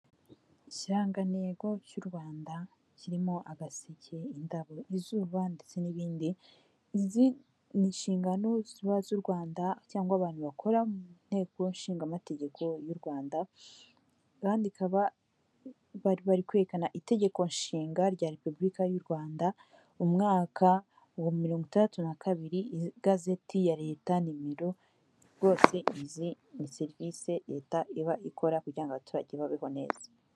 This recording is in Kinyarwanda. Ikirangantego cy'u Rwanda kirimo agaseke indabo, izuba ndetse n'ibindi, izi ni inshingano ziba ari iz' u Rwanda cyangwa abantu bakora mu nteko nshingamategeko y'u Rwanda kandi ikaba bari kwerekana Itegeko nshinga rya repubulika y'u Rwanda mu mwaka wa mirongo itandatu na kabiri igazeti ya leta nimero rwose ivuze serivisi leta iba ikora kugira abaturage babeho neza